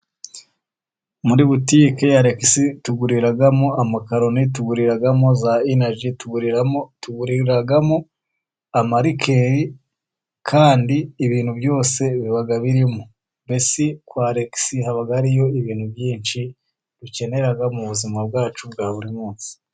Muri butike Alegisi tuguriramo amakaloni, tuburiramo za inaji, tuguriramo amarikeri, kandi ibintu byose biba birimo. Mbese kwa Alegisi haba hariyo ibintu byinshi, dukenera mu buzima bwacu bwa buri munsi.